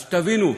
אז שתבינו,